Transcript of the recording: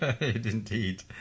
Indeed